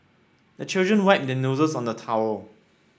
the children wipe their noses on the towel